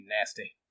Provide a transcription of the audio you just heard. nasty